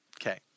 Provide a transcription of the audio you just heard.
Okay